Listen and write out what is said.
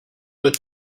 but